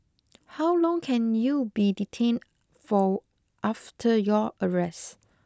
how long can you be detained for after your arrest